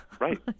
right